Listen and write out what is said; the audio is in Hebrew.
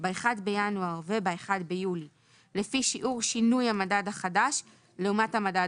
ב-1 בינואר וב-1 ביולי לפי שיעור שינוי המדד החדש לעומת המדד